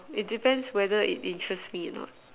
it depends whether it interest me or not